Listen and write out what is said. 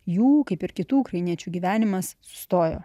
jų kaip ir kitų ukrainiečių gyvenimas sustojo